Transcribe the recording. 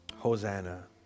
Hosanna